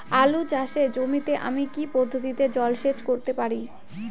আলু চাষে জমিতে আমি কী পদ্ধতিতে জলসেচ করতে পারি?